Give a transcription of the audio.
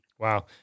Wow